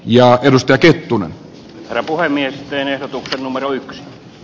ja emustakin etuna puhemies teen ehdotuksen numeroi